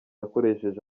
akoresheje